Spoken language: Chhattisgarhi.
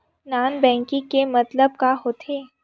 नॉन बैंकिंग के मतलब का होथे?